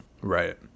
Right